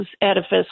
edifice